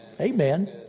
Amen